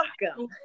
welcome